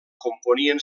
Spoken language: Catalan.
componien